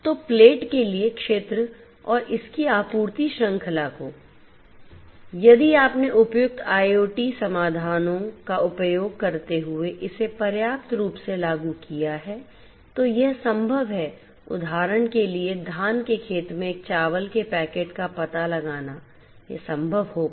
तो प्लेट के लिए क्षेत्र और इसकी आपूर्ति श्रृंखला को यदि आपने उपयुक्त IoT समाधानों का उपयोग करते हुए इसे पर्याप्त रूप से लागू किया है तो यह संभव है उदाहरण के लिए धान के खेत में एक चावल के पैकेट का पता लगाना यह संभव होगा